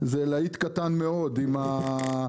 זה להיט קטן מאוד עם התחבורה.